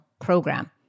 program